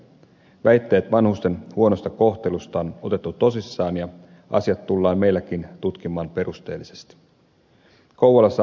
väitteet vanhusten huonosta kohtelusta on otettu tosissaan ja asiat tullaan meilläkin tutkimaan perusteellisesti